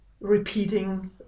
repeating